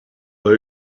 they